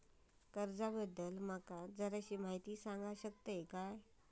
कर्जा बद्दल माका जराशी माहिती सांगा शकता काय?